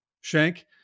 shank